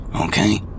okay